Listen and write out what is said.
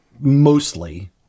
mostly